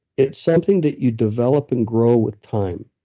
it's something that you develop and grow with time,